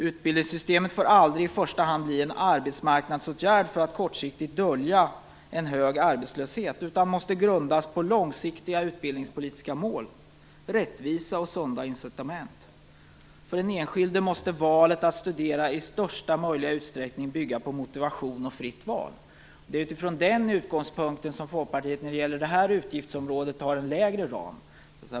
Utbildningssystemet får aldrig i första hand bli en arbetsmarknadsåtgärd för att kortsiktigt dölja en hög arbetslöshet, utan måste grundas på långsiktiga utbildningspolitiska mål, rättvisa och sunda incitament. För den enskilde måste valet att studera i största möjliga utsträckning byggas på motivation och fritt val. Det är utifrån den utgångspunkten som Folkpartiet när det gäller det här utgiftsområdet har en lägre ram.